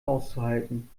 auszuhalten